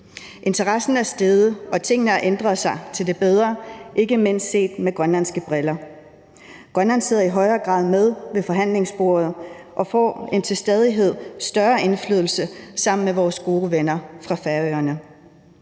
Interessen er steget, og tingene har ændret sig til det bedre, ikke mindst set med grønlandske briller. Grønland sidder i højere grad med ved forhandlingsbordet og får til stadighed en større indflydelse sammen med vores gode venner fra Færøerne.